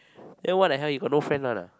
then what the hell you got no friend [one] ah